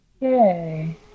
Yay